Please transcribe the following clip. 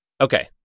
Okay